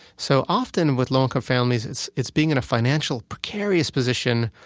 so often, with low-income families, it's it's being in a financially precarious position,